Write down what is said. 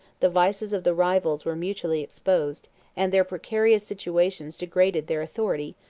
the vices of the rivals were mutually exposed and their precarious situation degraded their authority,